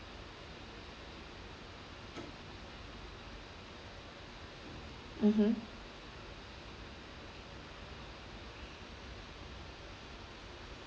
mmhmm